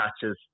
touches